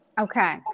Okay